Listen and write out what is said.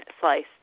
sliced